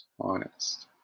Honest